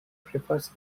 prefers